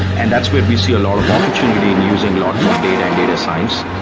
and that's where we see a lot of opportunity in using lot more data and data science,